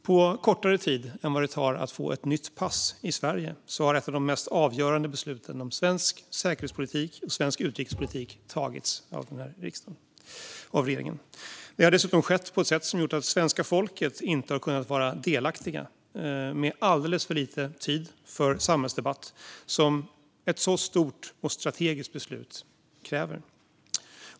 På kortare tid än vad det tar att få ett nytt pass i Sverige har ett av de mest avgörande besluten om svensk säkerhetspolitik och svensk utrikespolitik tagits av regeringen och av den här riksdagen. Det har dessutom skett på ett sätt som gjort att svenska folket inte har kunnat vara delaktiga, med alldeles för lite tid för den samhällsdebatt som ett så stort och strategiskt beslut kräver.